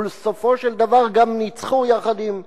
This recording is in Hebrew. ובסופו של דבר גם ניצחו יחד עם בעלות-הברית,